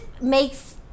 makes